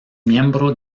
miembro